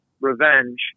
Revenge